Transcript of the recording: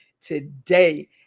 today